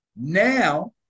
Now